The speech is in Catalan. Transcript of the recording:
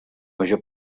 major